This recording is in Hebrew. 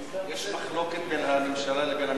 יש מחלוקת בין הממשלה לבין המציעים?